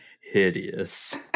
hideous